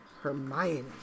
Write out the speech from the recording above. Hermione